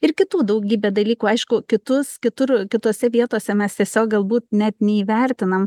ir kitų daugybę dalykų aišku kitus kitur kitose vietose mes tiesiog galbūt net neįvertinam